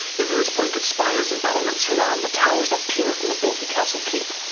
numerous pointed spires and battlements surround the towers that peer from the bulky castle keep,